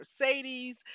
Mercedes